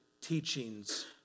teachings